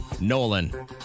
Nolan